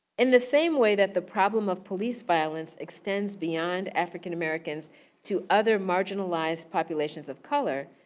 in the same way that the problem of police violence extends beyond african americans to other marginalized populations of color,